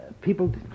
people